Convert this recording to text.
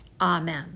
Amen